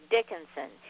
Dickinson